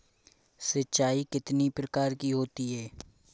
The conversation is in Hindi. सिंचाई कितनी प्रकार की होती हैं?